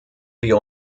wir